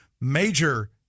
major